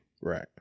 Right